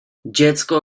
dziecko